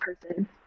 person